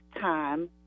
time